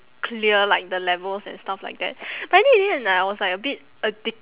clear like the levels and stuff like that but I think in the end I was like a bit addict~